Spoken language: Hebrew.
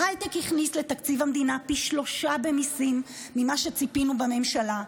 ההייטק הכניס לתקציב המדינה פי שלושה במיסים ממה שציפינו בממשלה,